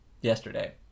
yesterday